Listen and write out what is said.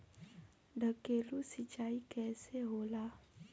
ढकेलु सिंचाई कैसे होला?